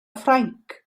ffrainc